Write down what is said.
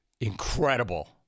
Incredible